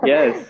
Yes